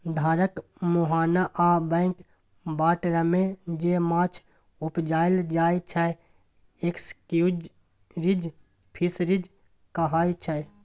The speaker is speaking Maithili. धारक मुहाना आ बैक बाटरमे जे माछ उपजाएल जाइ छै एस्च्युरीज फिशरीज कहाइ छै